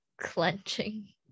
Clenching